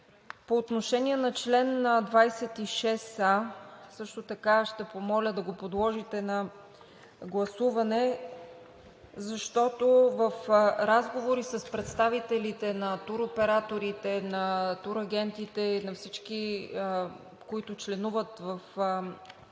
По отношение на чл. 26а също така ще помоля да го подложите на гласуване, защото в разговори с представителите на туроператорите, на турагентите и на всички, които членуват в